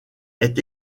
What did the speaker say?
est